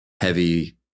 heavy